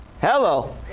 Hello